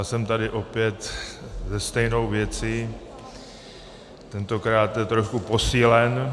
Jsem tady opět se stejnou věcí, tentokráte trochu posílen.